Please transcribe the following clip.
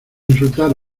insultar